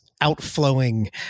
outflowing